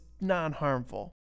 non-harmful